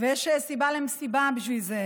ויש סיבה למסיבה בשביל זה,